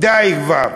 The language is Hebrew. די כבר.